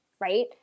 right